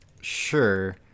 Sure